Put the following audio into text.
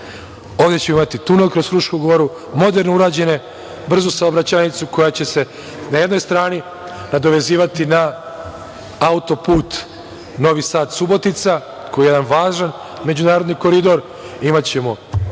ćemo imati tunel kroz Frušku goru, moderno urađen, brzu saobraćajnicu koja će se na jednoj strani nadovezivati na autoput Novi Sad – Subotica, koji je jedan važan međunarodni koridor,